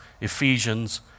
Ephesians